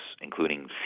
including